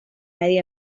medi